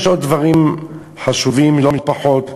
יש עוד דברים חשובים לא פחות,